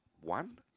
one